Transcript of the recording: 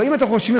אבל אם אתם חושבים,